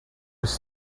was